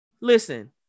listen